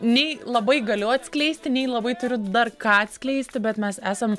nei labai galiu atskleisti nei labai turiu dar ką atskleisti bet mes esam